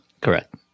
Correct